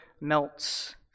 melts